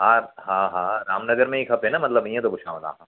हा हा हा रामनगर में ई खपे न मतिलबु हीअं थो पुछांव तव्हांखां